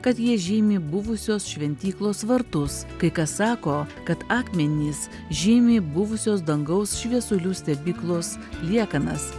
kad jie žymi buvusios šventyklos vartus kai kas sako kad akmenys žymi buvusios dangaus šviesulių stebyklos liekanas